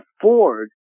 afford